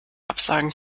absagen